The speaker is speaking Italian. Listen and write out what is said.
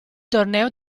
torneo